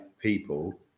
people